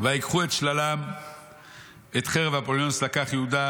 וייקחו את שללם ואת חרב אפוליונוס לקח יהודה